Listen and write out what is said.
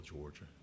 Georgia